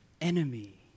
enemy